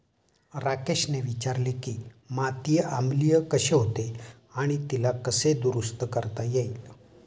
राकेशने विचारले की माती आम्लीय कशी होते आणि तिला कसे दुरुस्त करता येईल?